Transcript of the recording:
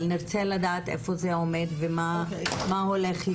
אבל נרצה לדעת איפה זה עומד, ומה הולך איתו.